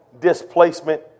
displacement